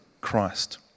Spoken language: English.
Christ